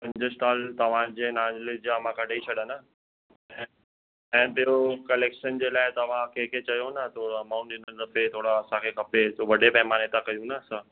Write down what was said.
पंज स्टॉल तव्हांजे नाले जा मां कॾहिं छ्ॾा न ऐं ॿियो कलैक्शन जे लाइ तव्हां कंहिंखे चयो न थोरो अमाउंट हिन दफ़े थोरा असांखे खपे छो वॾे पैमाने था कयूं ना असां